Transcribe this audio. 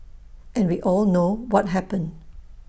and we all know what happened